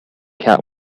cat